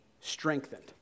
strengthened